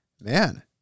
man